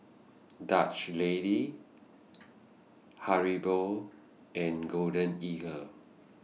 Dutch Lady Haribo and Golden Eagle